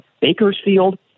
Bakersfield